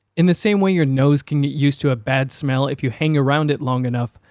in the same way your nose can get used to a bad smell if you hang around it long enough,